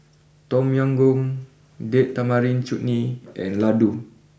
Tom Yam Goong date Tamarind Chutney and Ladoo